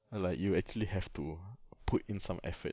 err like you actually have to put in some effort